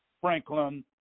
Franklin